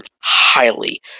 highly